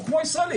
הוא כמו ישראלי.